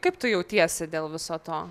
kaip tu jautiesi dėl viso to